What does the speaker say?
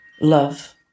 love